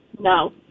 No